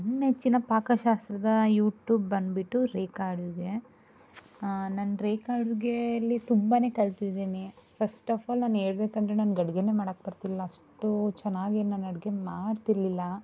ನನ್ನ ನೆಚ್ಚಿನ ಪಾಕಶಾಸ್ತ್ರದ ಯೂಟ್ಯೂಬ್ ಬಂದುಬಿಟ್ಟು ರೇಖಾ ಅಡುಗೆ ನಾನು ರೇಖಾ ಅಡುಗೆಯಲ್ಲಿ ತುಂಬಾನೆ ಕಲ್ತಿದೀನಿ ಫಸ್ಟ್ ಆಫ್ ಆಲ್ ನಾನು ಹೇಳ್ಬೇಕಂದ್ರೆ ನನಗೆ ಅಡುಗೆನೇ ಮಾಡಕ್ಕೆ ಬರ್ತಿಲ್ಲ ಅಷ್ಟು ಚೆನ್ನಾಗಿ ನಾನು ಅಡುಗೆ ಮಾಡ್ತಿರಲಿಲ್ಲ